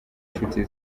nshuti